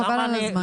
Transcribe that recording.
חבל על הזמן.